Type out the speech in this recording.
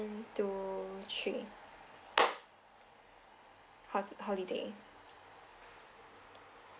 two three ho~ holiday